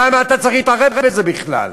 למה אתה צריך להתערב בזה בכלל?